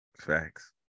Facts